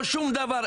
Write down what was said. לא שום דבר.